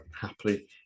happily